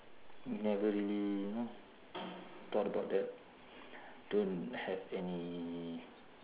never really you know thought about that don't have any